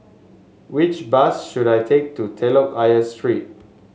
which bus should I take to Telok Ayer Street